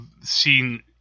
seen